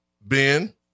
Ben